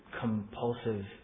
compulsive